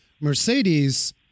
Mercedes